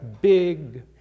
big